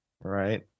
Right